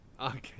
Okay